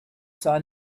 saw